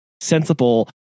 sensible